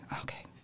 okay